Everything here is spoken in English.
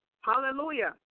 Hallelujah